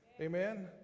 Amen